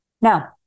Now